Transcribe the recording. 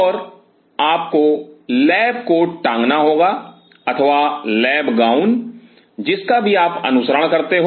और आपको lab coat टांगना होगा अथवा लैब गाउन जिसका भी आप अनुसरण करते हो